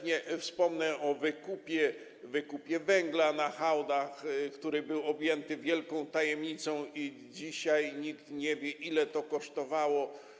Nie wspomnę już o wykupie, wykupie węgla na hałdach, który był objęty wielką tajemnicą, i dzisiaj nikt nie wie, ile to kosztowało.